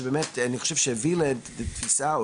שבאמת אני חושב שהוא זה שהביא לתפיסה או